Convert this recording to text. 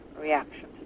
reaction